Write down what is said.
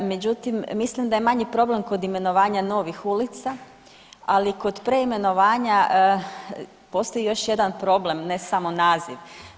Međutim, mislim da je manji problem kod imenovanja novih ulica, ali kod preimenovanja postoji još jedan problem, ne samo naziv.